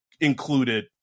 included